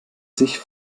sich